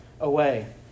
away